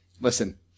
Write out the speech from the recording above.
Listen